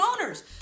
owners